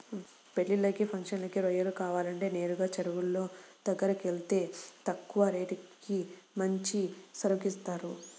పెళ్ళిళ్ళకి, ఫంక్షన్లకి రొయ్యలు కావాలంటే నేరుగా చెరువులోళ్ళ దగ్గరకెళ్తే తక్కువ రేటుకి మంచి సరుకు ఇత్తారు